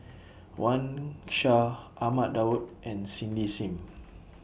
Wang Sha Ahmad Daud and Cindy SIM